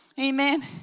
Amen